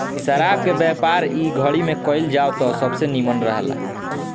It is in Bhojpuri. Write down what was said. शराब के व्यापार इ घड़ी में कईल जाव त सबसे निमन रहेला